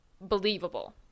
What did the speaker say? believable